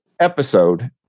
episode